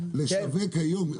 לשווק היום.